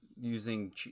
using